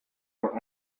were